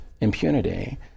impunity